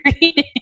reading